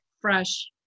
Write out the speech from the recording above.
fresh